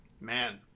Man